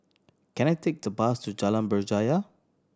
can I take the bus to Jalan Berjaya